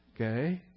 okay